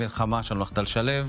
התקבלה בקריאה שנייה ושלישית,